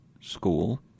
School